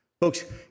Folks